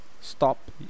stop